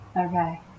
Okay